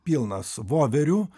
pilnas voverių